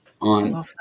on